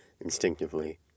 instinctively